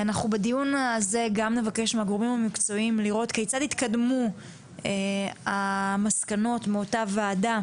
בדיון הזה נבקש מהגורמים המקצועיים לומר כיצד התקדמו המסקנות מאותה ועדה